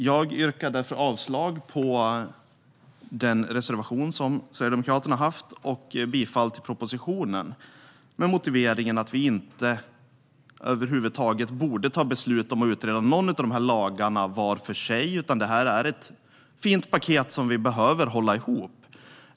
Jag yrkar därför avslag på den reservation som Sverigedemokraterna har och bifall till propositionen med motiveringen att vi inte över huvud taget borde ta beslut om att utreda någon av de här lagarna var för sig. Det här är ett fint paket som vi behöver hålla ihop.